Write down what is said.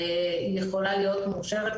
היא יכולה להיות מאושרת.